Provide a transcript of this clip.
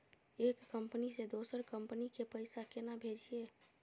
एक कंपनी से दोसर कंपनी के पैसा केना भेजये?